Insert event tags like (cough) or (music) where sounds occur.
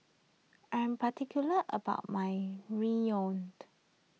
I am particular about my Ramyeon (unintelligible)